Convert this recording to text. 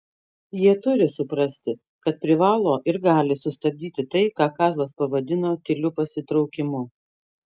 jie turi suprasti kad privalo ir gali sustabdyti tai ką kazlas pavadino tyliu pasitraukimu